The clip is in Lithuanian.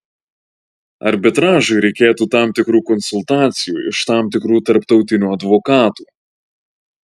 arbitražui reikėtų tam tikrų konsultacijų iš tam tikrų tarptautinių advokatų